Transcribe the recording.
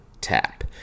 tap